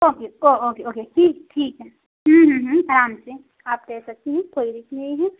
okay को okay okay ठीक ठीक है आराम से आप देख सकती हैं कोई रिस्क नहीं है